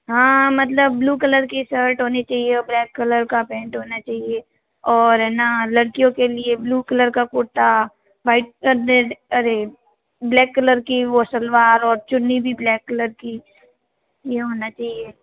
हाँ मतलब blue colour की शर्ट होनी चाहिए और ब्लैक कलर का पैन्ट होना चाहिए और है ना लड़कियों के ब्लू कलर का कुर्ता वाइट और रेड अरे ब्लैक कलर की वो सलवार और चुन्नी भी ब्लैक कलर की ये होना चाहिए